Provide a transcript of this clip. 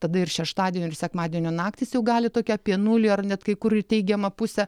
tada ir šeštadienio ir sekmadienio naktys jau gali tokia apie nulį ar net kai kur į teigiamą pusę